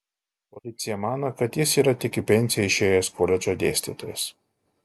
policija mano kad jis yra tik į pensiją išėjęs koledžo dėstytojas